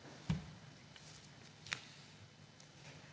Hvala